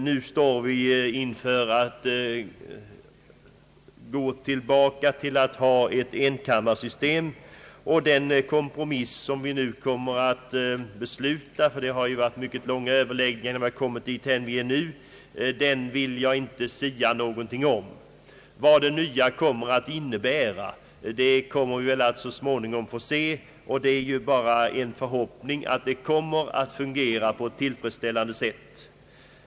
Nu står vi inför en återgång till ett enkammarsystem. Det har varit mycket långa överläggningar innan vi kommit fram till den kompromiss som nu skall beslutas, och jag vill inte sia om framtiden. Vad det nya kommer att innebära får vi se så småningom. Det är en förhoppning att det kommer att fungera på ett tillfredsställande sätt.